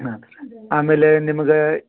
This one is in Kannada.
ಆಯ್ತ್ರಿ ಆಮೇಲೆ ನಿಮಗೆ